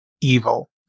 evil